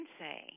say